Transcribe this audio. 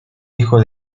hijo